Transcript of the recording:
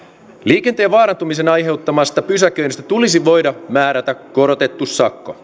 liikenteen vaarantumisen aiheuttamasta pysäköinnistä tulisi voida määrätä korotettu sakko